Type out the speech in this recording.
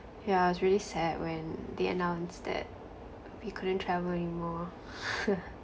yeah I was really sad when they announced that we couldn't travel anymore